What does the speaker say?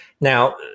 Now